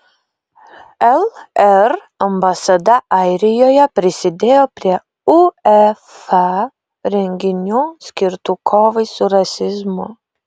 lr ambasada airijoje prisidėjo prie uefa renginių skirtų kovai su rasizmu